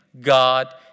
God